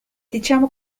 diciamo